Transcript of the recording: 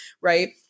Right